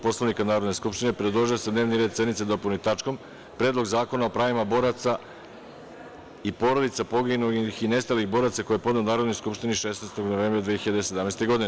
Poslovnika Narodne skupštine predložio je da se dnevni red sednice dopuni tačkom – Predlog zakona o pravima boraca i porodica poginulih i nestalih boraca, koji je podneo Narodnoj skupštini 16. novembra 2017. godine.